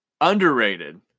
underrated